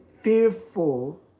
fearful